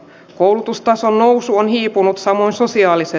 koulutustason nousu on hiipunut samoin sosiaalisen